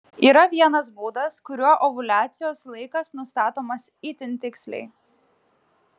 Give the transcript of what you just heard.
yra vienas būdas kuriuo ovuliacijos laikas nustatomas itin tiksliai